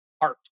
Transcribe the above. Art